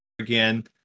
again